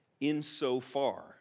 insofar